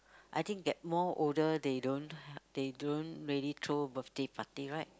I think get more older they don't they don't really throw birthday party right